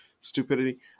stupidity